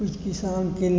किछु किसानके नाम पर